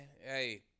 Hey